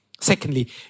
Secondly